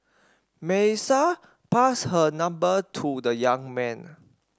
Melissa passed her number to the young man